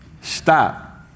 Stop